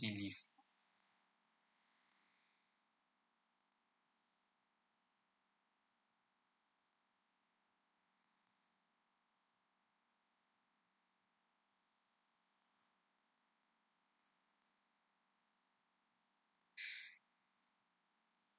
maternity leave